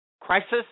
crisis